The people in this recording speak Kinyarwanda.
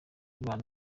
bana